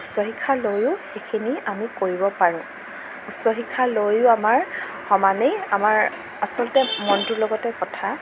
উচ্চ শিক্ষা লৈওঁ সেইখিনি আমি কৰিব পাৰোঁ উচ্চ শিক্ষা লৈওঁ আমাৰ সমানেই আমাৰ আচলতে মনটোৰ লগতেই কথা